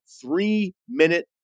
three-minute